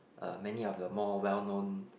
a many of the more well known